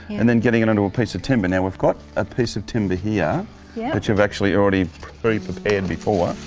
and then getting it on to a piece of timber? now we've got a piece of timber here that yeah but you've actually already already prepared before.